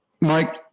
Mike